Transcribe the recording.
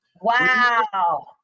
Wow